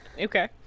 okay